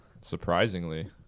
Surprisingly